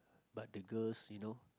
but the girls you know